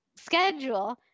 schedule